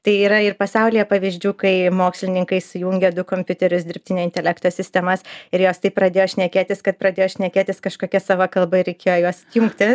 tai yra ir pasaulyje pavyzdžių kai mokslininkai sujungę du kompiuterius dirbtinio intelekto sistemas ir jos taip pradėjo šnekėtis kad pradėjo šnekėtis kažkokia sava kalba ir reikėjo juos jungti